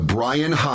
Brian